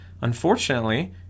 Unfortunately